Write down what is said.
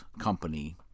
company